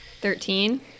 Thirteen